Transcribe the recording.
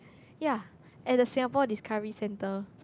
ya at the Singapore Discovery center